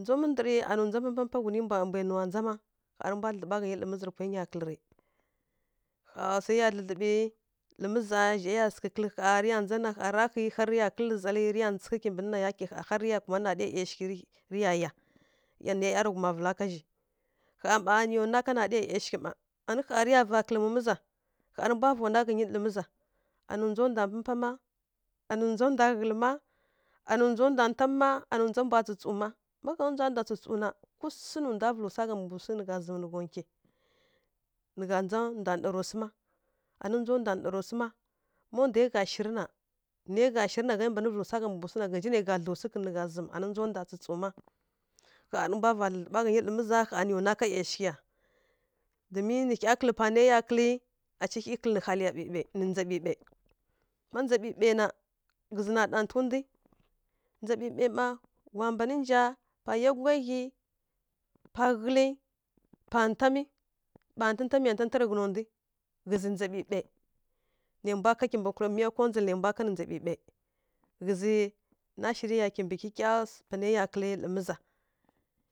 ndzaw mǝ ndǝrǝ anuwi mpǝ mpá ghni mbwai nuwa ndza má, ƙha rǝ mbwa mbwa dlǝdlǝɓa ká ghǝnyi lǝ miza pwai nya kǝlǝ rǝ, ƙha swai ya dlǝdlǝɓǝ lǝ miza zhai ya sǝghǝ kǝlǝ ƙha, rǝ ya ndza na ƙha ra ghǝi har rǝ ya kǝlǝ zali rǝ ya sǝghǝ kimbǝ nǝ yake ƙha har rǝ ya kumanǝ naɗǝ ˈyashighǝ rǝ rǝ ya ya zha nai ˈyarǝghuma vǝla ká zhi. Ƙha mma nǝya nwa ka naɗǝya ˈyashighǝ mma ani ƙha rǝ ya va kǝlǝ mu miza, ƙha rǝ mbwa va nwa ká ghǝnyi lǝ miza anuwi ndza ndwa mpá má, anuwi ndza ndwa ghǝlǝ má, anuwi ndza ndwa ntamǝ má, anuwi ndza ndwa tsǝ tsǝw má, ma gha nja ndwa tsǝ tsǝw na kusi nǝ ndwa vǝlu swa gha mbǝ swi nǝ gha zǝmǝ nǝ gha nkwi. Nǝ gha ndza ndwa nara swu ma, anuwi ndza ndwa nara swu ma, ma ndwai gha shirǝ na, nai gha shirǝ naghai mban vǝlu swa gha mbǝ swu na ghǝnji nai gha dlǝw swu kǝn nai gha zǝm, ani ndza ndwa tsǝ tsǝw ma. Ƙha rǝ mbwa va dlǝdlǝɓa ká ghǝnyi lǝ miza ƙha nǝya nwa ká ˈyashighǝ ya. Domin nǝ hya kǝlǝ panai ya kǝlǝ aci hyi kǝlǝ haliya ɓǝɓai nǝ ndza ɓǝɓai. Má ndza ɓǝɓai na ghǝzǝ na ɗatǝghǝ ndwi, ndza ɓǝɓai mma wa mban nja pa yá gudlyaghyi, pa ghǝlǝ, pa ntamǝ ɓa ntǝnta miya ntǝnta tǝghǝna ndwi. Ghǝzǝ ndza ɓǝɓai nai mbwa kanǝ kimbǝ miya kondzil nǝ ndza ɓǝɓai. Ghǝzǝ na shirǝ ya kimbǝ kyikya pa nai ya kǝlǝ dǝ miza.